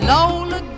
Lola